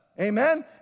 amen